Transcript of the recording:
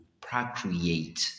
procreate